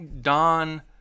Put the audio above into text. Don